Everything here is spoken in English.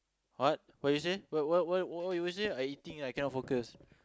what what you say what what what what what you say I eating I cannot focus